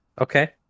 Okay